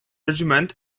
regiment